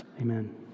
Amen